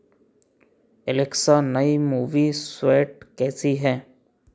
Alexa नई movie स्वैट कैसी है